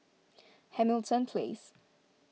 Hamilton Place